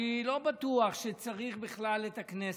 אני לא בטוח שצריך בכלל את הכנסת,